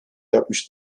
yapmış